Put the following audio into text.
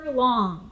Long